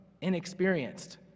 inexperienced